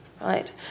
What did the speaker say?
right